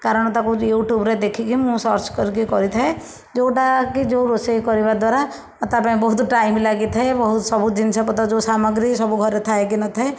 କାରଣ ତାକୁ ୟୁଟ୍ୟୁବରେ ଦେଖିକି ମୁଁ ସର୍ଚ କରିକି କରିଥାଏ ଯେଉଁଟାକି ଯେଉଁ ରୋଷେଇ କରିବା ଦ୍ଵାରା ଆଉ ତା ପାଇଁ ବହୁତ ଟାଇମି ଲାଗିଥାଏ ବହୁତ ସବୁ ଜିନିଷ ପତ୍ର ଯେଉଁ ସାମଗ୍ରୀ ସବୁ ଘରେ ଥାଏ କି ନ ଥାଏ